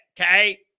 Okay